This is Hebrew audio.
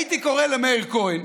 הייתי קורא למאיר כהן,